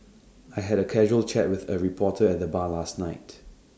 I had A casual chat with A reporter at the bar last night